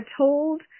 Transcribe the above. told